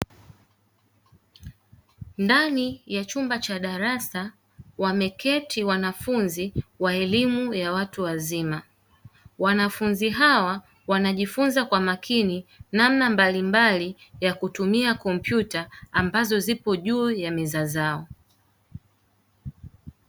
Ndani ya chumba cha darasa wameketi wanafunzi wa elimu ya watu wazima, wanafunzi hawa wanajifunza kwa makini namna mbalimbali ya kutumia kompyuta, ambazo zipo juu ya meza zao.